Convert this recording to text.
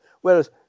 Whereas